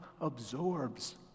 absorbs